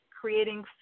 creating